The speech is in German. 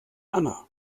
anna